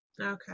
okay